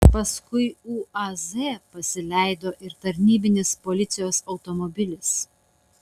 paskui uaz pasileido ir tarnybinis policijos automobilis